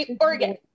Oregon